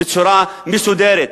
בצורה מסודרת,